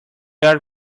are